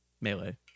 Melee